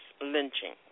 lynching